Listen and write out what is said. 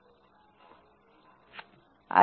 അവ തീർത്തും വിപരീതമായിരിക്കും